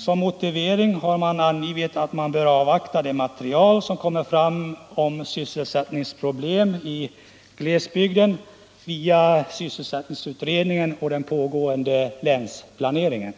Som motiv har man angivit att man bör avvakta det material som kommer fram om sysselsättningsproblem i glesbygden via sysselsättningsutredningen och den pågående länsplaneringen.